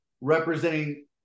representing